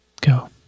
go